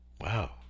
Wow